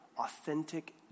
authentic